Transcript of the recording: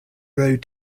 road